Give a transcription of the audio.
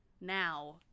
now